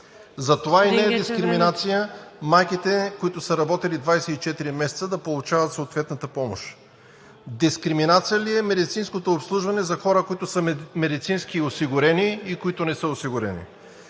Затова не е дискриминация майките, които са работили 24 месеца да получават съответната помощ. Дискриминация ли е медицинското обслужване за хора, които са медицински осигурени и които не са осигурени?